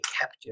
Capture